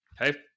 Okay